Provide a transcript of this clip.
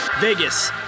Vegas